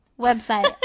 website